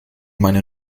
meine